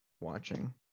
watching